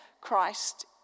Christ